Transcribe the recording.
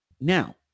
Now